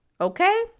Okay